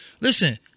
Listen